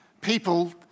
People